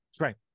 right